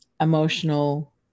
emotional